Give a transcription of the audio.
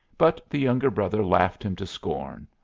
but the younger brother laughed him to scorn.